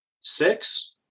six